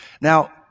Now